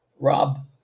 Rob